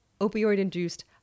opioid-induced